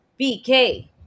BK